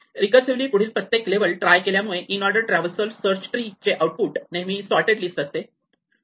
recursively पुढील प्रत्येक level try केल्या मुळे इनऑर्डर ट्रॅव्हर्सल सर्चट्री चे आउटपुट नेहमी सोर्टेड लिस्ट असते